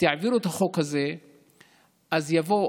אני לא הבנתי את גודל המשבר עד ששמעתי את אותה אישה.